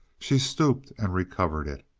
she stooped and recovered it,